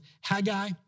Haggai